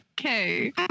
okay